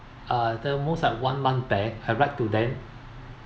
uh the most at one month back I write to them